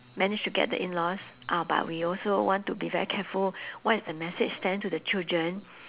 managed to get the in laws uh but we also want to be very careful what is the message sent to the children